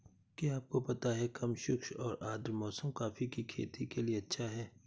क्या आपको पता है कम शुष्क और आद्र मौसम कॉफ़ी की खेती के लिए अच्छा है?